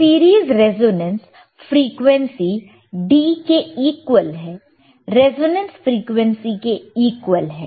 तो इसलिए series resonance frequency D के इक्वल है रेजोनेंस फ्रिकवेंसी के इक्वल है